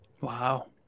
Wow